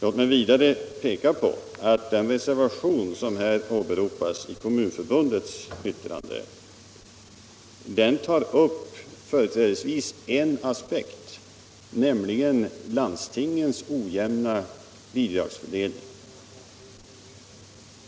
Låt mig vidare peka på att den reservation som här har åberopats i Kommunförbundets yttrande tar upp företrädesvis en aspekt, nämligen landstingens ojämna bidragsgivning.